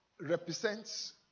represents